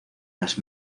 las